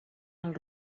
els